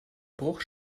bruch